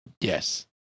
Yes